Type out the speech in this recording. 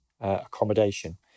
accommodation